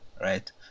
right